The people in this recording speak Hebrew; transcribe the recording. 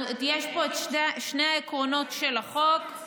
יש פה את שני העקרונות של החוק.